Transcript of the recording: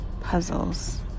puzzles